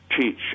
teach